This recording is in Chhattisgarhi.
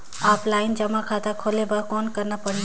ऑफलाइन जमा खाता खोले बर कौन करना पड़ही?